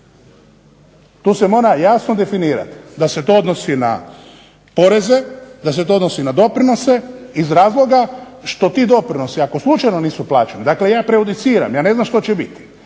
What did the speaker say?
To se mora jasno definirati da se to odnosi na poreze, da se odnosi na doprinose iz razloga što ti doprinosi ako slučajno nisu plaćeni, dakle ja prejudiciram, ja ne znam što će biti,